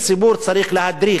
צריך להציע פתרונות.